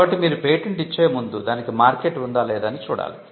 కాబట్టి మీరు పేటెంట్ ఇచ్చే ముందు దానికి మార్కెట్ ఉందా లేదా అని చూడాలి